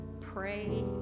pray